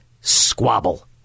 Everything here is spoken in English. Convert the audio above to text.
squabble